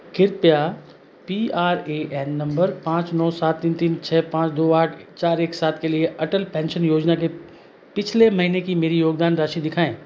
कृपया P R A N number पाँच नौ सात तीन तीन छः पाँच दो आठ चार एक सात के लिए अटल पेंशन योजना में पिछले महीने की मेरी योगदान राशि दिखाएँ